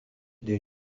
des